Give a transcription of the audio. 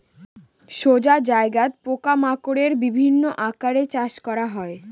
সোজা জায়গাত পোকা মাকড়ের বিভিন্ন আকারে চাষ করা হয়